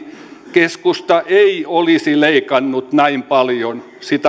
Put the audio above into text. keskusta ei olisi leikannut näin paljon